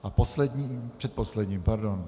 A posledním předposledním, pardon.